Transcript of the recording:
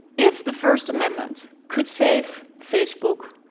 if the first amendment could save facebook,